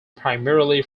primarily